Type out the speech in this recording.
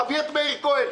תביא את מאיר כהן,